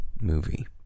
movie